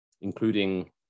including